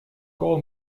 call